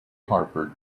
harper